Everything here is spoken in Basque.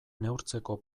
neurtzeko